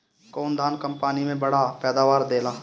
कौन धान कम पानी में बढ़या पैदावार देला?